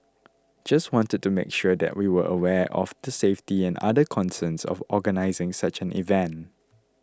just wanted to make sure that we were aware of the safety and other concerns of organising such an event